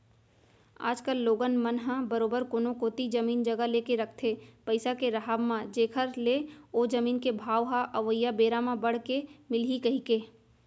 आज कल लोगन मन ह बरोबर कोनो कोती जमीन जघा लेके रखथे पइसा के राहब म जेखर ले ओ जमीन के भाव ह अवइया बेरा म बड़ के मिलही कहिके